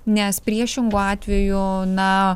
nes priešingu atveju na